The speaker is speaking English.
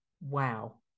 wow